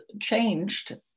changed